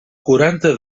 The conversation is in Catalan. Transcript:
quaranta